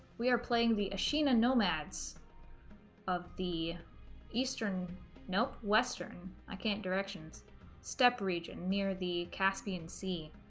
we are playing the escena nomads of the eastern nope western i can't directions step region near the caspian sea